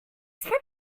prepare